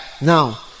now